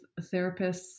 therapists